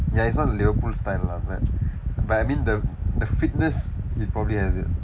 ya it's not the liverpool style lah but but I mean the the fitness he probably has it